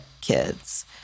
kids